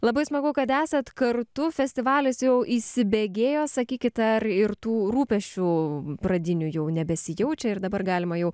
labai smagu kad esat kartu festivalis jau įsibėgėjo sakykit ar ir tų rūpesčių pradinių jau nebesijaučia ir dabar galima jau